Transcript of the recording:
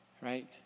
right